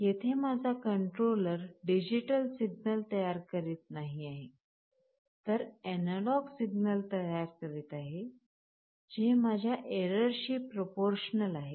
येथे माझा controller digital signal तयार करीत नाही आहे तर एनालॉग सिग्नल तयार करीत आहे जे माझ्या errorशी प्रोपोरशनल आहे